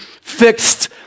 fixed